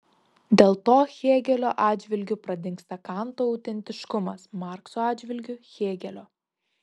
dėl to hėgelio atžvilgiu pradingsta kanto autentiškumas markso atžvilgiu hėgelio